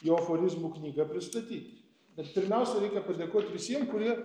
jo aforizmų knygą pristatyti bet pirmiausia reikia padėkot visiem kurie